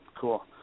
Cool